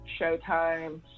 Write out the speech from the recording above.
Showtime